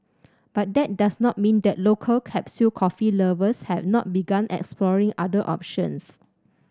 but that does not mean that local capsule coffee lovers have not begun exploring other options